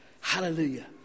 Hallelujah